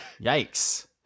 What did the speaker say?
Yikes